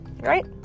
Right